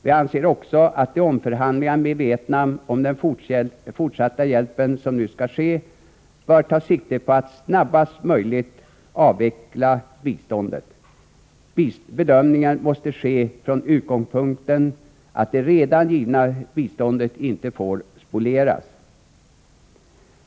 Vi anser också att de omförhandlingar med Vietnam om den fortsatta hjälpen, som nu skall ske, bör ta sikte på snabbaste möjliga avveckling av biståndet. Bedömningen måste ske från utgångspunkten att det redan givna biståndet inte spolieras.